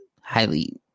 highly